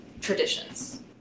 traditions